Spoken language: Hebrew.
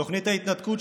תוכנית ההתנתקות,